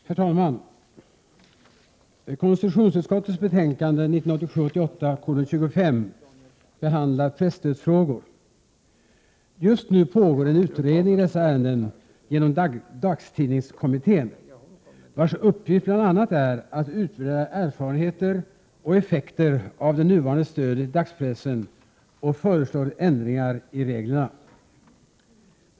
Herr talman! Konstitutionsutskottets betänkande 1987/88:25 behandlar presstödsfrågor. Just nu pågår en utredning i dessa ärenden genom dagstidningskommittén, vars uppgift är att bl.a. utvärdera erfarenheter och effekter av det nuvarande stödet till dagspressen och föreslå ändringar i reglerna.